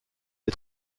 des